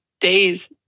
Days